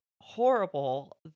horrible